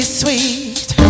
sweet